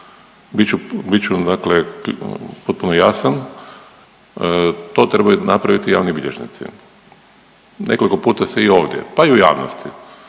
Bit ću dakle potpuno jasan. To trebaju napraviti javni bilježnici. Nekoliko puta se i ovdje pa i u javnosti